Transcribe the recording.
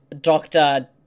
doctor